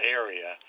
area